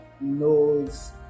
knows